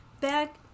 back